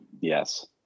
Yes